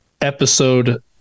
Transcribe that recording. episode